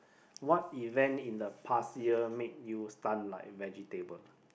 what event in the past year made you stun like vegetable